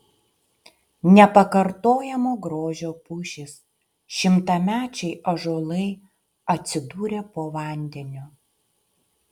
nepakartojamo grožio pušys šimtamečiai ąžuolai atsidūrė po vandeniu